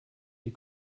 die